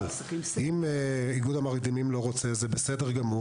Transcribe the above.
אבל אם איגוד המרדימים לא רוצה זה בסדר גמור.